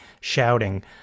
shouting